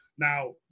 Now